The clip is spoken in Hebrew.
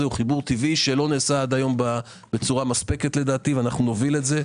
הוא טבעי שלא נעשה עד היום בצורה מספקת לדעתי ונוביל את זה.